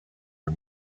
are